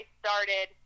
started